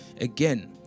again